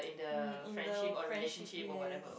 mm in the friendship yes